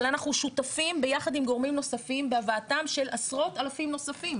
אבל אנחנו שותפים ביחד עם גורמים נוספים בהבאתם של עשרות אלפים נוספים,